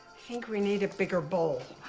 think we need a bigger bowl.